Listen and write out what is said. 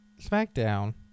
SmackDown